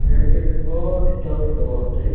കയറി ചെല്ലുമ്പോൾ sit out ഉണ്ട് പുറത്ത്